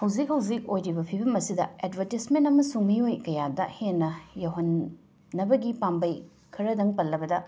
ꯍꯧꯖꯤꯛ ꯍꯧꯖꯤꯛ ꯑꯣꯏꯔꯤꯕ ꯐꯤꯕꯝ ꯑꯁꯤꯗ ꯑꯦꯠꯕꯔꯇꯤꯁꯃꯦꯟ ꯑꯃꯁꯨꯡ ꯃꯤꯑꯣꯏ ꯀꯌꯥꯗ ꯍꯦꯟꯅ ꯌꯧꯍꯟꯅꯕꯒꯤ ꯄꯥꯝꯕꯩ ꯈꯔꯗꯪ ꯄꯜꯂꯕꯗ